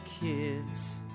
kids